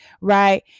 right